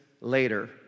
later